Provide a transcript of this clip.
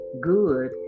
good